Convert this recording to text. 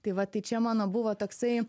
tai va tai čia mano buvo toksai